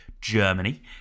Germany